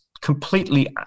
completely